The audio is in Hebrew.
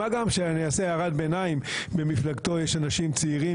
מה גם - אני אעשה הערת ביניים - שבמפלגתו יש אנשים צעירים